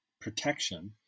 protection